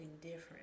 different